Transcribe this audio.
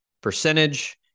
percentage